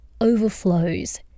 overflows